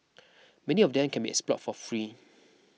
many of them can be explored for free